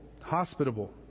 hospitable